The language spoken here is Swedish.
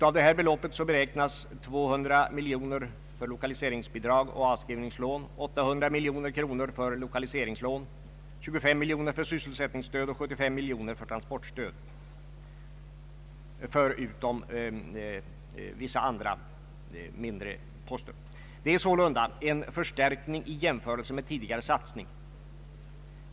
Av detta belopp beräknas 200 miljoner för lokaliseringsbidrag och avskrivningslån, 800 miljoner för lokaliseringslån, 25 miljoner för sysselsättningsstöd och 75 miljoner för transportstöd, förutom vissa andra mindre poster. Det är sålunda en förstärkning i jämförelse med tidigare satsning.